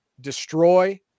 destroy